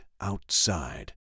outside